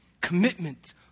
Commitment